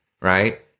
right